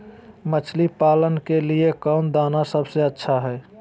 मछली पालन के लिए कौन दाना सबसे अच्छा है?